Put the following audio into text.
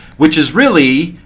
which is really,